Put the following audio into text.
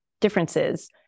differences